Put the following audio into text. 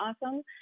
awesome